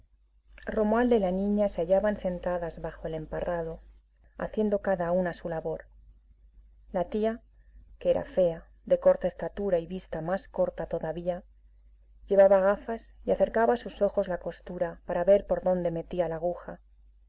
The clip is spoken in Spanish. romualda y la niña se hallaban sentadas bajo el emparrado haciendo cada una su labor la tía que era fea de corta estatura y vista más corta todavía llevaba gafas y acercaba a sus ojos la costura para ver por donde metía la aguja